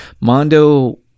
Mondo